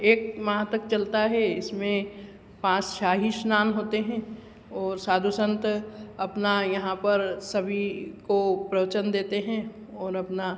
एक माह तक चलता है इसमें पाँच शाही स्नान होते हैं और साधु संत अपना यहाँ पर सभी को प्रवचन देते हैं और अपना